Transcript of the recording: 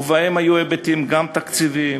ובהם היו היבטים גם תקציביים,